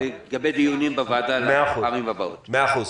גם למיקוד שלכם בנושא הזה וגם על המעורבות בכלל בכל נושא הקורונה.